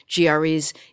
GREs